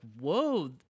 Whoa